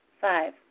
five